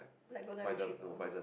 like go down really cheaper